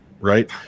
right